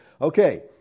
Okay